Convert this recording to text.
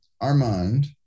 Armand